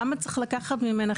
למה צריך לקחת ממנה,